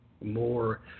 more